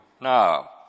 now